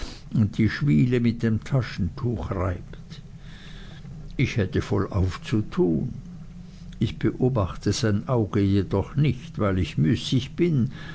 und die schwiele mit dem taschentuch reibt ich hätte vollauf zu tun ich beobachte sein auge jedoch nicht weil ich müßig bin